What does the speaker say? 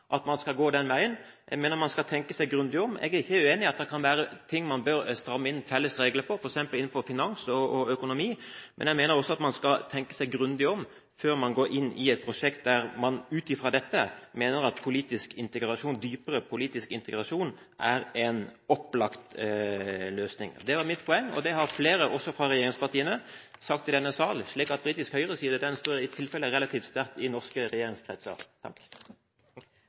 at man skal gå den veien. Jeg mener man skal tenke seg grundig om. Jeg er ikke uenig i at det kan være ting man bør stramme inn felles regler på, f.eks. innenfor finans og økonomi, men jeg mener også at man skal tenke seg grundig om før man går inn i et prosjekt der man mener at dypere politisk integrasjon er en opplagt løsning. Det var mitt poeng, og det har flere – også fra regjeringspartiene – sagt i denne sal, slik at britisk høyreside, den står i tilfelle relativt sterkt i norske regjeringskretser.